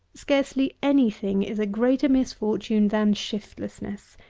scarcely any thing is a greater misfortune than shiftlessness.